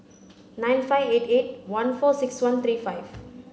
nine five eight eight one four six one three five